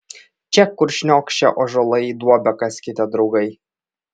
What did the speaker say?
čia kur šniokščia ąžuolai duobę kaskite draugai